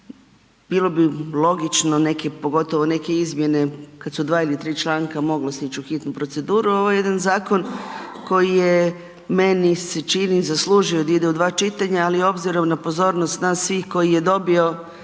neke pogotovo neke izmjene kad su dva ili tri članka, moglo se ić u hitnu proceduru, ovo je jedan zakon koji je meni se čini, zaslužio da ide u dva čitanja ali obzirom na pozornost nas svih koji je dobio